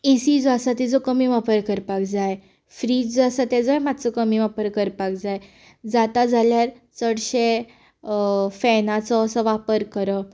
ए C जो आसा तेचो कमी वापर करपाक जाय फ्रीज जो आसा तेचोय कमी वापर करपाक जाय जाता जाल्यार चडशे फेनाचो वापर करप